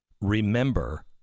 Remember